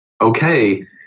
okay